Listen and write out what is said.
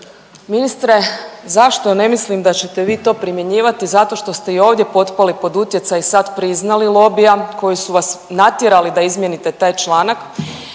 ministre zašto ne mislim da ćete vi to primjenjivati, zato što ste i ovdje potpali pod utjecaj sad priznali lobija koji su vas natjerali da izmijenite taj članak.